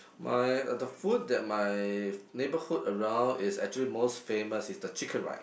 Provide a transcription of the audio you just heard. my the food that my neighborhood around is actually most famous is the Chicken Rice